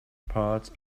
parts